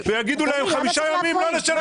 ויגידו להם: חמישה ימים לא נשלם לכם משכורת.